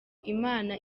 imana